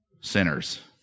sinners